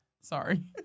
Sorry